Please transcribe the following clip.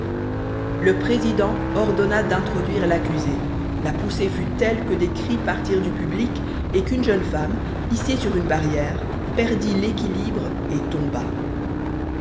le président ordonna d'introduire l'accusé la poussée fut telle que des cris partirent du public et qu'une jeune femme hissée sur une barrière perdit l'équilibre et tomba